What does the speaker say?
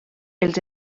els